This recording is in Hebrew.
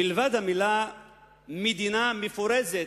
מלבד המלה "מדינה מפורזת"